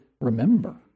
remember